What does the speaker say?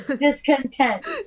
Discontent